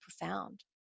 profound